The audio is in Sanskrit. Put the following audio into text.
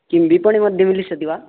किं विपणिमध्ये मेलिष्यति वा